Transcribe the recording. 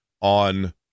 on